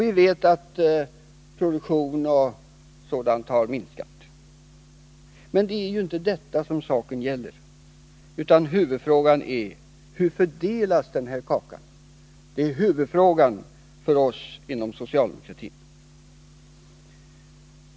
Vi vet att produktion och sådant har minskat, men det är ju inte detta som saken gäller. Huvudfrågan för oss inom socialdemokratin är: Hur fördelas kakan?